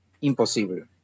Imposible